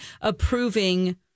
approving